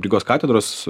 rygos katedros